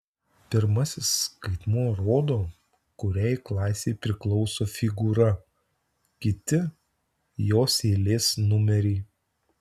pirmasis skaitmuo rodo kuriai klasei priklauso figūra kiti jos eilės numerį